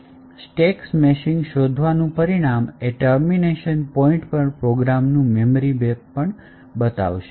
stack smashing શોધવાનું પરિણામ એ ટર્મિનેશન પોઇન્ટ પર પ્રોગ્રામ નું મેમરી મેપ પણ બતાવશે